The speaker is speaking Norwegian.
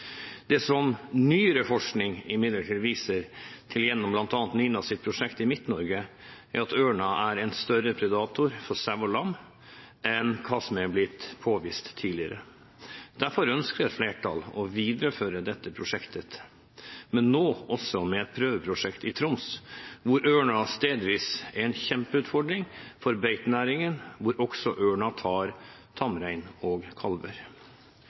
Det som nyere forskning imidlertid viser, gjennom bl.a. NINAs prosjekt i Midt-Norge, er at ørnen er en større predator for sau og lam enn hva som er blitt påvist tidligere. Derfor ønsker et flertall å videreføre dette prosjektet, men nå også med et prøveprosjekt i Troms, hvor ørnen stedvis er en kjempeutfordring for beitenæringen, da også ørnen tar tamrein og kalver.